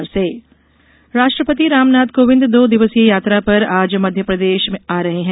राष्ट्रपति राष्ट्रपति रामनाथ कोविंद दो दिवसीय यात्रा पर आज मध्य प्रदेश आ रहे हैं